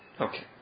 Okay